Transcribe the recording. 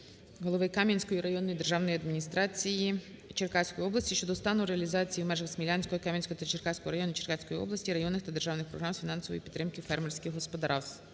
головиКам'янської районної державної адміністрації Черкаської області щодо стану реалізації в межах Смілянського, Кам'янського та Черкаського районів Черкаської області районних та державних програм з фінансової підтримки фермерських господарств.